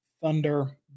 Thunder